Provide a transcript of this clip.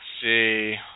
see